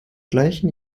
gleichen